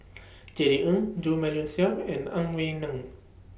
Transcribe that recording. Jerry Ng Jo Marion Seow and Ang Wei Neng